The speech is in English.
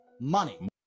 money